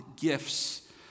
gifts